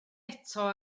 eto